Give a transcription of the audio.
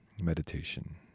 Meditation